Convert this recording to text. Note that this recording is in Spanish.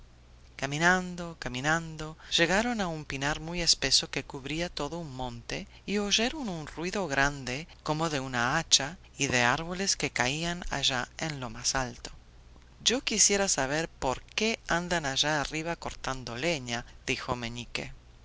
caminando caminando llegaron a un pinar muy espeso que cubría todo un monte y oyeron un ruido grande como de un hacha y de árboles que caían allá en lo más alto yo quisiera saber por qué andan allá arriba cortando leña dijo meñique